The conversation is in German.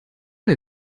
der